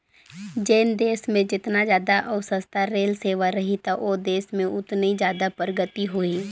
जेन देस मे जेतना जादा अउ सस्ता रेल सेवा रही त ओ देस में ओतनी जादा परगति होही